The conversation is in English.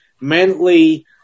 mentally